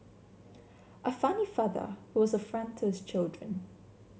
a funny father who was a friend to his children